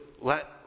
let